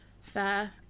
fair